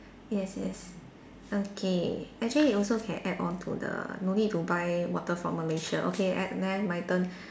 yes yes okay actually also can add on to the no need to buy water from Malaysia okay at then my turn